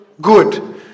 good